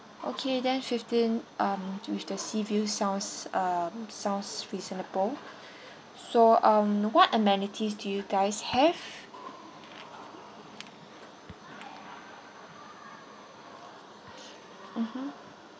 okay then fifteen um with the sea view sounds uh sounds reasonable so um what amenities do you guys have mmhmm